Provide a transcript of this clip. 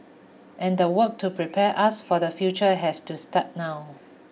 and the work to prepare us for the future has to start now